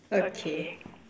okay